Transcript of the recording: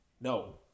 no